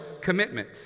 commitment